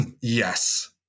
Yes